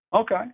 Okay